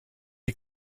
est